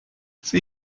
sie